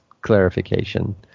clarification